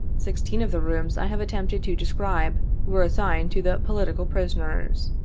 sixteen of the rooms i have attempted to describe, were assigned to the political prisoners,